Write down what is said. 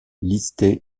listée